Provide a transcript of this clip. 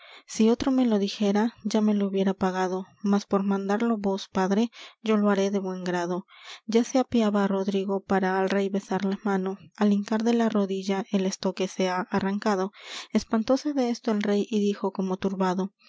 si otro me lo dijera ya me lo hubiera pagado mas por mandarlo vos padre yo lo haré de buen grado ya se apeaba rodrigo para al rey besar la mano al hincar de la rodilla el estoque se ha arrancado espantóse desto el rey y dijo como turbado